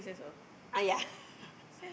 ah yeah